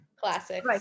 classic